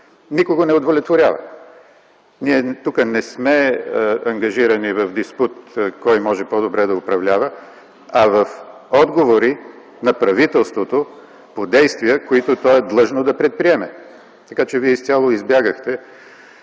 никого не удовлетворява. Ние тук не сме ангажирани с диспут кой може по-добре да управлява, а в отговори на правителството по действия, които то е длъжно да предприеме. Вие изцяло избягахте